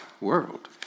world